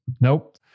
Nope